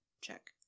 check